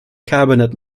cabinet